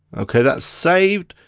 okay that's saved.